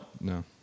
No